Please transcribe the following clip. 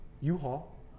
U-Haul